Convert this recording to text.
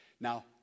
Now